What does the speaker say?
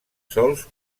sols